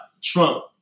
Trump